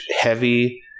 heavy